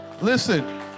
Listen